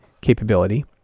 capability